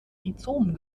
rhizom